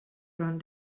ran